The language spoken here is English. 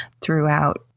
throughout